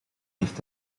heeft